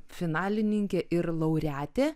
finalininkė ir laureatė